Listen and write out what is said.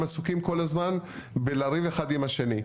הם עסוקים כל הזמן בלריב אחד עם השני.